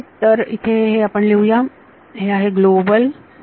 तर इथे हे आपण लिहूया हे आहेत ग्लोबल होय